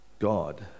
god